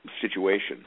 situation